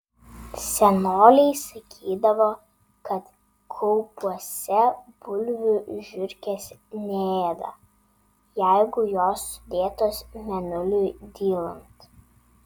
senoliai sakydavo kad kaupuose bulvių žiurkės neėda jeigu jos sudėtos mėnuliui dylant